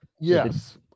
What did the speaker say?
Yes